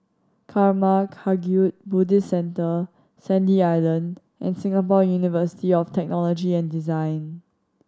Karma Kagyud Buddhist Centre Sandy Island and Singapore University of Technology and Design